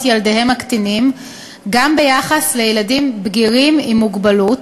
ילדיהם הקטינים גם ביחס לילדים בגירים עם מוגבלות,